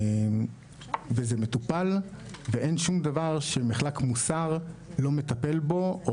וזה מטופל ואין שום דבר שמחלק מוסר לא מטפל בו או